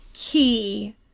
key